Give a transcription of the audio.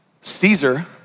Caesar